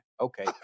Okay